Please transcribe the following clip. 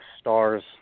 Stars